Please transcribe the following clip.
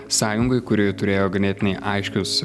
sąjungai kuri turėjo ganėtinai aiškius